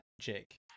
jake